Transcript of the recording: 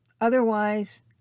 otherwise